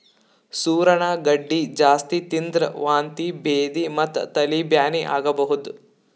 ಸೂರಣ ಗಡ್ಡಿ ಜಾಸ್ತಿ ತಿಂದ್ರ್ ವಾಂತಿ ಭೇದಿ ಮತ್ತ್ ತಲಿ ಬ್ಯಾನಿ ಆಗಬಹುದ್